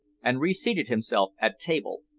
and reseated himself at table.